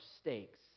stakes